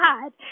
God